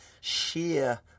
sheer